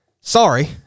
sorry